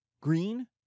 green